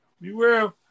Beware